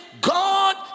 God